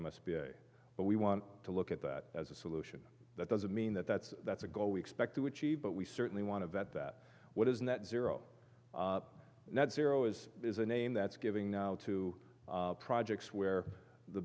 a but we want to look at that as a solution that doesn't mean that that's that's a goal we expect to achieve but we certainly want to bet that what is net zero net zero is is a name that's giving now to projects where the